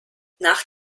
nach